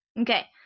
Okay